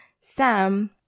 Sam